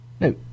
No